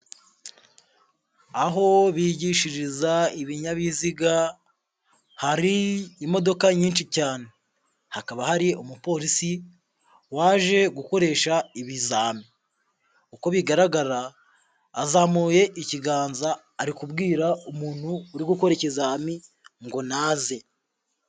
Aho bigishiriza ibinyabiziga hari imodoka nyinshi cyane, hakaba hari umupolisi waje gukoresha ibizami, uko bigaragara azamuye ikiganza ari kubwira umuntu uri gukora ikizami ngo naze.